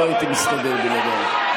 לא הייתי מסתדר בלעדייך.